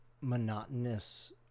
monotonous